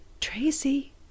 tracy